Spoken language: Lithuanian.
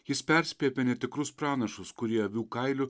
jis perspėja apie netikrus pranašus kurie avių kailiu